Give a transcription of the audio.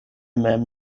mem